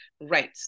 right